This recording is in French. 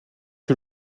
que